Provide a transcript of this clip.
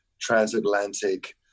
transatlantic